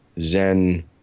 Zen